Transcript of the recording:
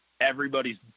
everybody's